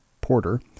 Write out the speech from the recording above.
Porter